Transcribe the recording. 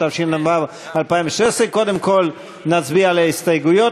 התשע"ו 2016. קודם כול נצביע על ההסתייגויות.